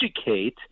educate